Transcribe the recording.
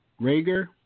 Rager